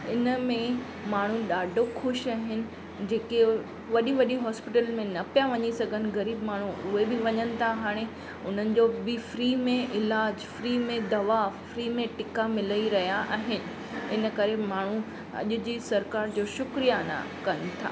इनमें माण्हू ॾाढो ख़ुशि आहिनि जेके वॾी वॾी हॉस्पिटल में न पिया वञी सघनि ग़रीब माण्हू उहे बि वञनि था हाणे उन्हनि जो बि फ्री में इलाज फ्री में दवा फ्री में टीका मिले ई रहिया आहिनि इन करे माण्हू अॼु जी सरकार जो शुक्रियाना कनि था